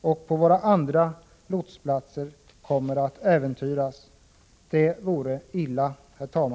och på våra andra lotsplatser kommer att äventyras. Det vore illa, herr talman.